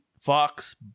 Fox